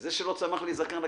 שלא צמח לי זקן,